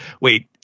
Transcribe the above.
wait